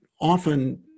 often